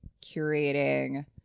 curating